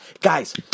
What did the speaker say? Guys